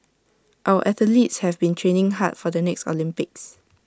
our athletes have been training hard for the next Olympics